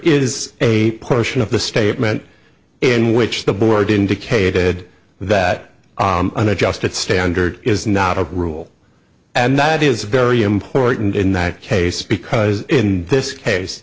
is a portion of the statement in which the board indicated that an adjusted standard is not a rule and that is very important in that case because in